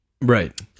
Right